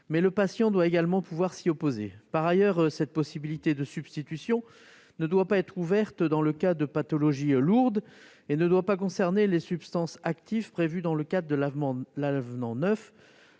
mais le patient doit également pouvoir s'y opposer. Par ailleurs, la possibilité de substitution ne doit pas être ouverte dans le cas de pathologies lourdes et ne doit pas concerner les substances actives prévues dans le cadre de l'avenant 9